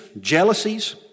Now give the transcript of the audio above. jealousies